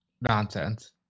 nonsense